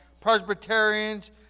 Presbyterians